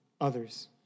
others